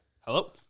Hello